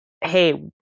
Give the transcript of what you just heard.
hey